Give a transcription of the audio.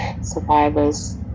survivors